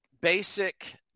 basic